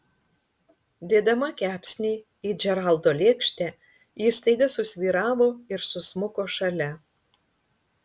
dėdama kepsnį į džeraldo lėkštę ji staiga susvyravo ir susmuko šalia